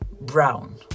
brown